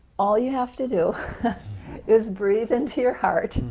all you have to do is breathe into your heart,